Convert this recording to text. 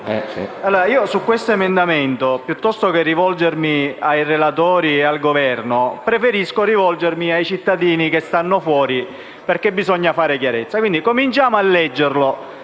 sull'emendamento 4.200, piuttosto che rivolgermi ai relatori e al Governo, preferisco rivolgermi ai cittadini che stanno fuori, perché bisogna fare chiarezza. Cominciamo a leggerlo: